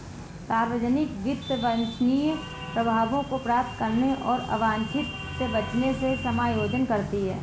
सार्वजनिक वित्त वांछनीय प्रभावों को प्राप्त करने और अवांछित से बचने से समायोजन करती है